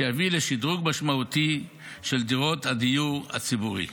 שיביא לשדרוג משמעותי של דירות הדיור הציבורי.